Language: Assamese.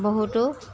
বহুতো